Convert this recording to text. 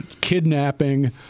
kidnapping